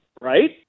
right